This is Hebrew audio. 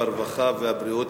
הרווחה והבריאות.